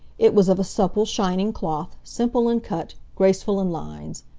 it was of a supple, shining cloth, simple in cut, graceful in lines.